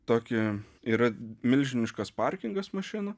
tokį yra milžiniškas parkingas mašinų